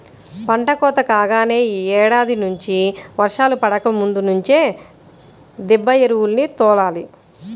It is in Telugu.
పంట కోత కాగానే యీ ఏడాది నుంచి వర్షాలు పడకముందు నుంచే దిబ్బ ఎరువుల్ని తోలాలి